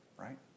right